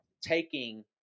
taking